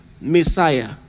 Messiah